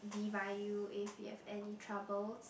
be by you if you have any troubles